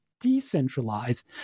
decentralized